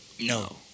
No